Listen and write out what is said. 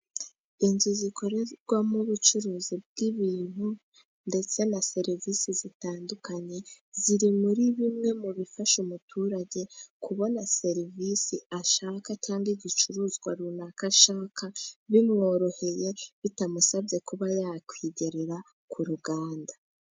Inzu zikorerwamo ubucuruzi bw'ibintu ndetse na serivisi zitandukanye ziri muri bimwe mu bifasha umuturage kubona serivisi ashaka cyangwa igicuruzwa runaka ashaka, bimworoheye, bitamusabye kuba yakwigerera ku ruganda.